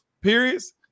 periods